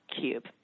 cube